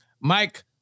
Mike